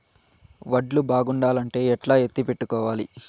వడ్లు బాగుండాలంటే ఎట్లా ఎత్తిపెట్టుకోవాలి?